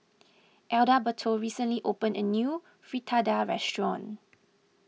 Adalberto recently opened a new Fritada restaurant